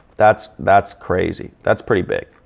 that's that's crazy. that's pretty big.